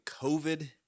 COVID